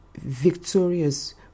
victorious